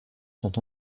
sont